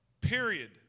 Period